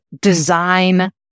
design